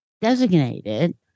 designated